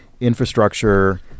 infrastructure